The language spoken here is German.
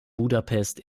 budapest